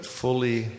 fully